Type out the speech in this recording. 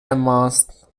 ماست